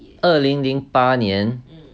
二零零八年